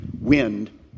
wind